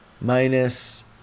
minus